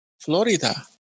Florida